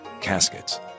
caskets